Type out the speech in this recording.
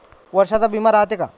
वर्षाचा बिमा रायते का?